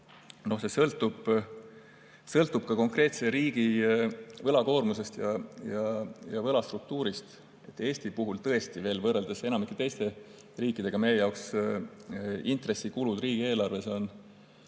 see sõltub ka konkreetse riigi võlakoormusest ja võlastruktuurist. Eesti puhul on tõesti võrreldes enamiku teiste riikidega intressikulud riigieelarves